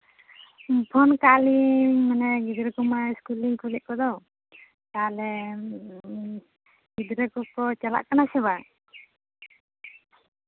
phone ᱠᱟᱫ ᱢᱤᱭᱟᱹᱧ ᱢᱟᱱᱮ ᱜᱤᱫᱽᱨᱟᱹ ᱠᱚᱢᱟ ᱤᱥᱠᱩᱞ ᱞᱤᱧ ᱠᱩᱞᱮᱫ ᱠᱚᱫᱚ ᱛᱟᱦᱞᱮ ᱜᱤᱫᱽᱨᱟᱹ ᱠᱚᱠᱚ ᱪᱟᱞᱟᱜ ᱠᱟᱱᱟ ᱥᱮ ᱵᱟᱝ